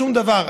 שום דבר,